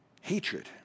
Hatred